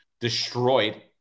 destroyed